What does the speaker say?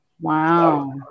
Wow